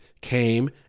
came